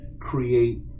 create